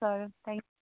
हुन्छ sir thank